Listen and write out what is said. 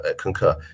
concur